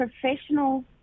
professional